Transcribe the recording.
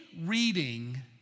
reading